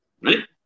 Right